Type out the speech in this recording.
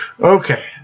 Okay